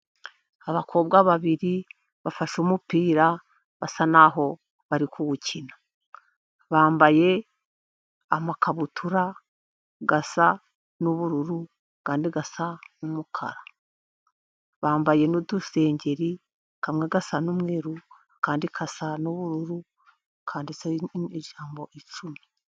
Abakobwa babiri bafashe umupira, basa naho bari kuwukina. Bambaye amakabutura asa n'ubururu, andi asa n'umukara. Bambaye n'udusengeri, kamwe gasa n'umweru, akandi gasa n'ubururu, kanditse ijambo icumi.